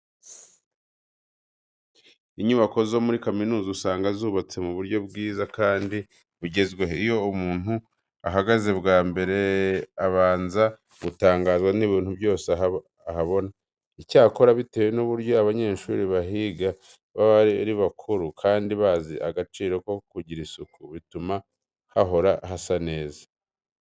Inyubako zo muri kaminuza usanga zubatse mu buryo bwiza kandi bugezweho. Iyo umuntu ahageze bwa mbere abanza gutangazwa n'ibintu byose ahabona. Icyakora bitewe n'uburyo abanyeshuri bahiga baba ari bakuru kandi bazi agaciro ko kugira isuku bituma hahora hasa neza.